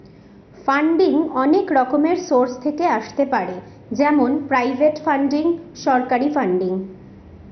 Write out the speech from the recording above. funding অনেক রকমের source থেকে আসতে পারে যেমন প্রাইভেট ফান্ডিং, সরকারি ফান্ডিং